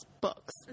books